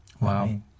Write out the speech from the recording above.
Wow